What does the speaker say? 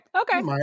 okay